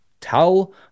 tell